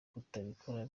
kutabikora